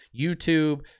YouTube